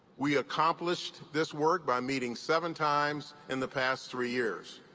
we accomplished this work by meeting seven times in the past three years.